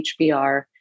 HBR